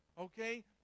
okay